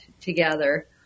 together